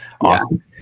Awesome